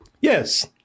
yes